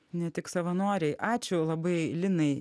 ne tik savanoriai ačiū labai linai